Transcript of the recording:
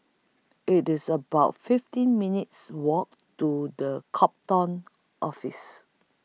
IT IS about fifteen minutes' Walk to The Office